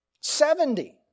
seventy